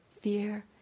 fear